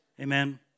Amen